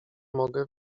mogę